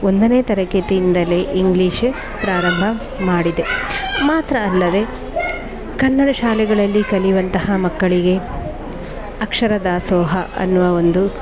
ಒಂದನೇ ತರಗತಿಯಿಂದಲೇ ಇಂಗ್ಲೀಷು ಪ್ರಾರಂಭ ಮಾಡಿದೆ ಮಾತ್ರ ಅಲ್ಲದೇ ಕನ್ನಡ ಶಾಲೆಗಳಲ್ಲಿ ಕಲಿಯುವಂತಹ ಮಕ್ಕಳಿಗೆ ಅಕ್ಷರದಾಸೋಹ ಎನ್ನುವ ಒಂದು